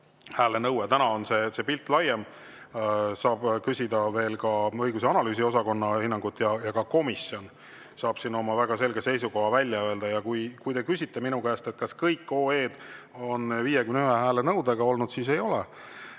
hääle nõue. Täna on see pilt laiem. Saab küsida õigus- ja analüüsiosakonna hinnangut ja ka komisjon saab siin oma väga selge seisukoha välja öelda. Ja kui te küsite minu käest, kas kõik OE-d on 51 hääle nõudega olnud, siis ei ole.